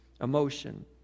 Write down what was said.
emotion